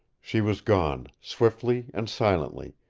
she was gone, swiftly and silently,